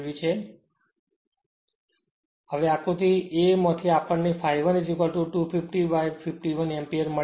તેથી હવે આકૃતી a માંથી આપણ ને ∅ 1 250 by 51 એમપીયર મળે છે